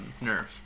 nerf